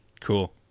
cool